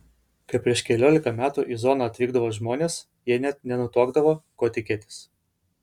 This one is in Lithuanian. kai prieš keliolika metų į zoną atvykdavo žmonės jie net nenutuokdavo ko tikėtis